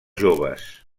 joves